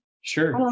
Sure